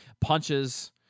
punches